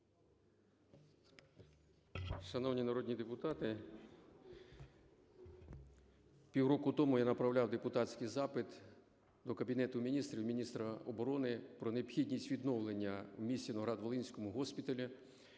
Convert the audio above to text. Шановні народні депутати, півроку тому я направляв депутатський запит до Кабінету Міністрів, міністра оборони про необхідність відновлення в місті Новоград-Волинському госпіталю